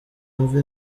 wumve